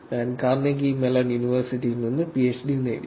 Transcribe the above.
ഞാൻ Carnegie Mellon യൂണിവേഴ്സിറ്റിയിൽ നിന്ന് പിഎച്ച്ഡി നേടി